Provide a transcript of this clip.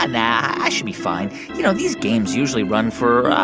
ah, nah, i should be fine. you know, these games usually run for,